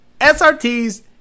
SRTs